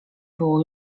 było